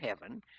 heaven